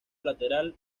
lateral